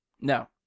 No